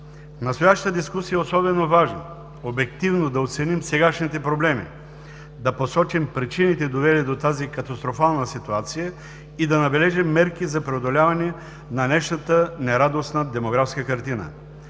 настоящата дискусия е особено важно обективно да оценим сегашните проблеми, да посочим причините, довели до тази катастрофална ситуация и да набележим мерки за преодоляване на днешната нерадостна демографска картина.